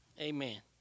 Amen